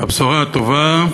הבשורה הטובה,